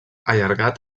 allargat